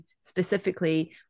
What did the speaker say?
specifically